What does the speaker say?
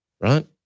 right